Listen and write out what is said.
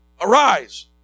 Arise